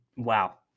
Wow